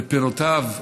ופירותיו,